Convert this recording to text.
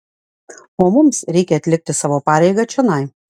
o mums reikia atlikti savo pareigą čionai